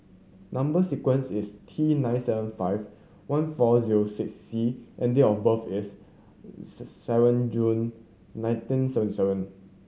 number sequence is T nine seven five one four zero six C and date of birth is six seven June nineteen seven seven